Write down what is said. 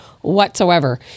whatsoever